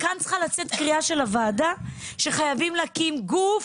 צריכה לצאת מפה קריאה של הוועדה שחייבים להקים גוף,